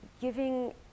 giving